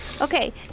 Okay